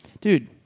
dude